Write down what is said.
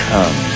Come